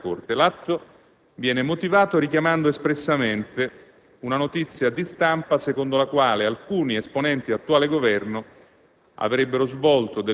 ed al Vice presidente della Corte. L'atto viene motivato richiamando espressamente una notizia di stampa, secondo la quale alcuni esponenti dell'attuale Governo